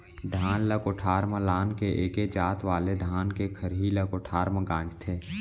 धान ल कोठार म लान के एके जात वाले धान के खरही ह कोठार म गंजाथे